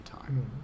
time